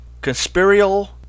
conspirial